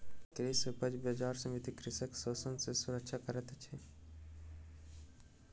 कृषि उपज बजार समिति कृषक के शोषण सॅ सुरक्षित करैत अछि